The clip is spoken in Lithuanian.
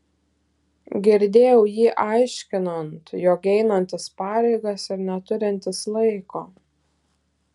girdėjau jį aiškinant jog einantis pareigas ir neturintis laiko